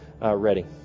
ready